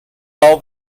all